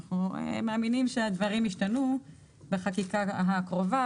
אנחנו מאמינים שהדברים ישתנו בחקיקה הקרובה,